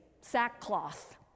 sackcloth